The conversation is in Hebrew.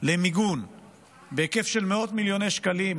למיגון בהיקף של מאות מיליוני שקלים,